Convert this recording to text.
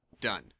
done